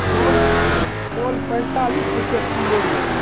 ओल ओल पैतालीस रुपआ किलो यऽ